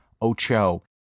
Ocho